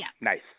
Nice